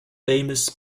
famous